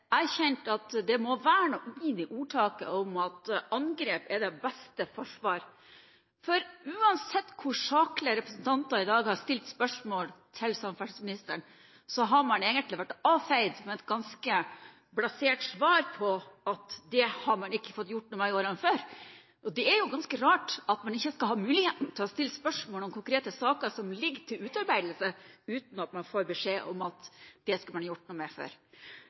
at det må være noe i ordtaket om at angrep er det beste forsvar. For uansett hvor saklig representanter i dag har stilt spørsmål til samferdselsministeren, har man blitt avfeid med et ganske blasert svar om at det har man ikke fått gjort noe med i årene før. Det er ganske rart at man ikke skal ha muligheten til å stille spørsmål om konkrete saker som ligger til utarbeidelse, uten at man får man beskjed om at det skulle man gjort noe med før.